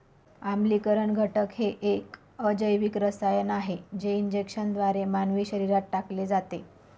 आम्लीकरण घटक हे एक अजैविक रसायन आहे जे इंजेक्शनद्वारे मानवी शरीरात टाकले जाते